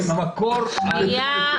אז אי אפשר להיות צבועים,